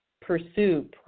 pursue